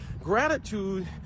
gratitude